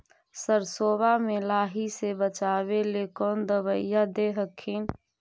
सरसोबा मे लाहि से बाचबे ले कौन दबइया दे हखिन?